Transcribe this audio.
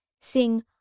Sing